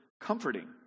comforting